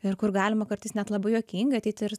ir kur galima kartais net labai juokinga ateiti ir